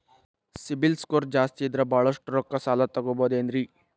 CIBIL score ಜಾಸ್ತಿ ಇದ್ರ ಬಹಳಷ್ಟು ರೊಕ್ಕ ಸಾಲ ತಗೋಬಹುದು ಏನ್ರಿ?